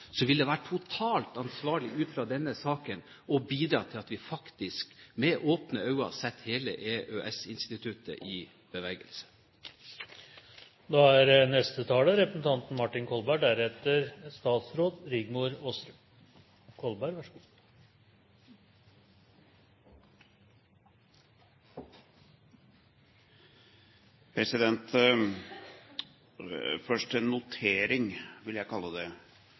det være totalt uansvarlig ut fra denne saken å bidra til at vi faktisk med åpne øyne setter hele EØS-instituttet i bevegelse. Først en notering, vil jeg kalle det. Det er at jeg for min del iallfall noterer meg at justiskomiteens leder, representanten Per Sandberg, har uttrykt mye mistillit til